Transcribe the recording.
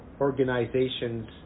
organizations